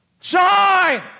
Shine